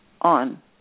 on